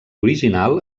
original